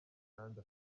kandi